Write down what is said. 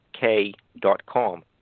K.com